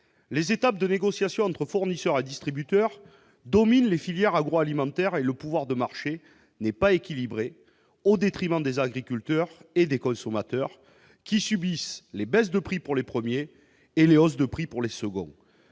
Les étapes de négociation entre fournisseurs et distributeurs dominent les filières agroalimentaires et le pouvoir de marché n'est pas équilibré (au détriment des agriculteurs et des consommateurs, qui subissent les baisses de prix pour les premiers et les hausses de prix pour les seconds).